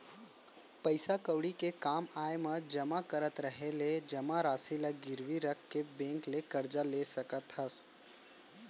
पइसा कउड़ी के काम आय म जमा करत रहें ले जमा रासि ल गिरवी रख के बेंक ले करजा ले सकत हस